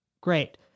Great